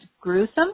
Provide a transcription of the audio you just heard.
gruesome